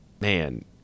man